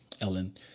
Ellen